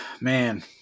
man